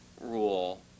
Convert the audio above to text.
rule